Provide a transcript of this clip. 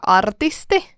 artisti